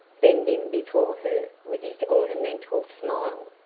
bending before her with his ornamental smile.